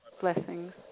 Blessings